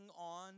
on